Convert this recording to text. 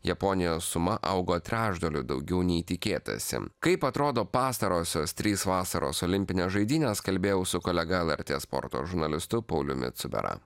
japonijos suma augo trečdaliu daugiau nei tikėtasi kaip atrodo pastarosios trys vasaros olimpinės žaidynės kalbėjau su kolega lrt sporto žurnalistu pauliumi cubera